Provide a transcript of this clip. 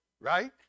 right